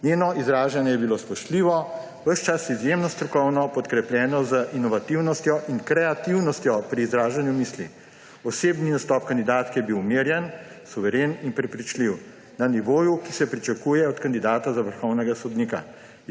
Njeno izražanje je bilo spoštljivo, ves čas izjemno strokovno, podkrepljeno z inovativnostjo in kreativnostjo pri izražanju misli. Osebni nastop kandidatke je bil umirjen, suveren in prepričljiv – na nivoju, ki se pričakuje od kandidata za vrhovnega sodnika.